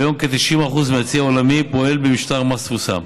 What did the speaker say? כיום כ-90% מהצי העולמי פועל במשטר מס תפוסה,